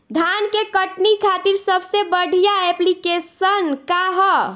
धान के कटनी खातिर सबसे बढ़िया ऐप्लिकेशनका ह?